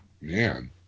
man